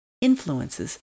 influences